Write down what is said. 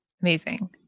Amazing